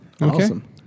Awesome